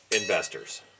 investors